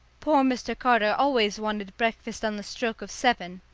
poor mr. carter always wanted breakfast on the stroke of seven.